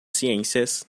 ciências